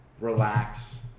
relax